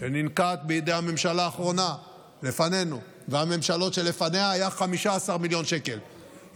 שננקט בידי הממשלה האחרונה לפנינו והממשלות שלפניה היה 15 מיליון שקל.